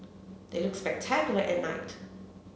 they look spectacular at night